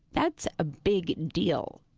that's a big deal.